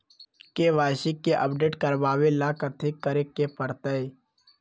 KYC के update करवावेला कथि करें के परतई?